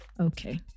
Okay